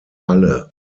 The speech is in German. halle